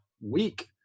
week